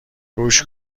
گوش